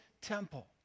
temple